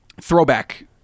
throwback